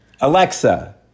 Alexa